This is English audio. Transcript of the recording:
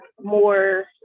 more